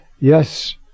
yes